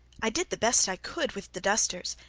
i did the best i could with the dusters,